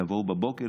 תבואו בבוקר,